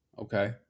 Okay